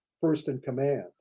first-in-command